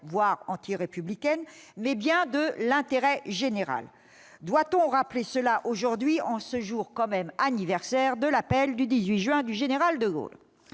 voire antirépublicaine, mais bien de l'intérêt général. Doit-on rappeler cela aujourd'hui, en ce jour anniversaire de l'appel du 18 juin du général de Gaulle ?